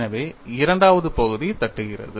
எனவே இரண்டாவது பகுதி தட்டுகிறது